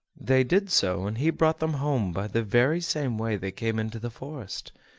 they did so, and he brought them home by the very same way they came into the forest.